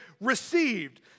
received